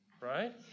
right